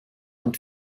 und